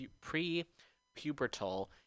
pre-pubertal